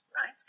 right